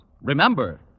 Remember